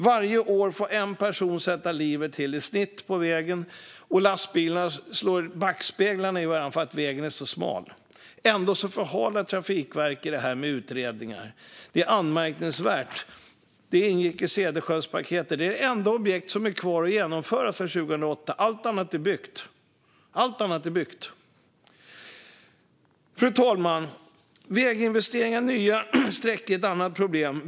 Varje år får i snitt en person sätta livet till på denna väg, och lastbilarnas backspeglar slår i varandra för att vägen är så smal. Ändå förhalar Trafikverket det här med utredningar. Det är anmärkningsvärt. Det ingick i Cederschiöldspaketet, och det är det enda objekt som finns kvar att genomföra sedan 2008 - allt annat är byggt. Fru talman! Väginvesteringar i nya sträckor är ett annat problem.